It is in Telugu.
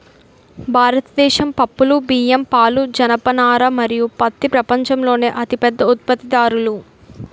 భారతదేశం పప్పులు, బియ్యం, పాలు, జనపనార మరియు పత్తి ప్రపంచంలోనే అతిపెద్ద ఉత్పత్తిదారులు